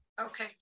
Okay